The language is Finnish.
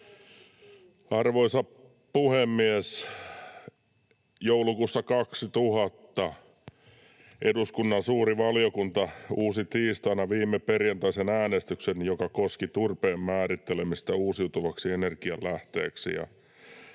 Arvoisa puhemies! Joulukuussa 2000 eduskunnan suuri valiokunta uusi tiistaina perjantaisen äänestyksen, joka koski turpeen määrittelemistä uusiutuvaksi energialähteeksi.